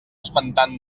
esmentant